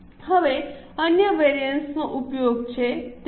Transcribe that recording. હવે અન્ય વેરિએન્સ ઉપયોગ છે